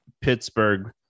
Pittsburgh